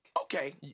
Okay